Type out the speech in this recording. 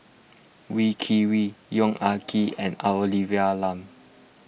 Wee Kim Wee Yong Ah Kee and Olivia Lum